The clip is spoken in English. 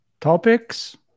Topics